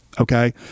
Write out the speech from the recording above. okay